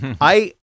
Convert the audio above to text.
I-